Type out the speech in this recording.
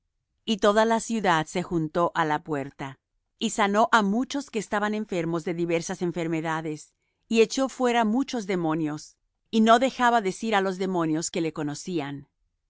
y toda la ciudad se juntó á la puerta y sanó á muchos que estaban enfermos de diversas enfermedades y echó fuera muchos demonios y no dejaba decir á los demonios que le conocían